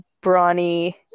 brawny